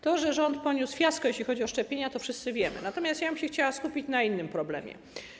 To, że rząd poniósł fiasko, jeśli chodzi o szczepienia, to wszyscy wiemy, natomiast ja chciałabym się skupić na innym problemie.